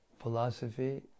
philosophy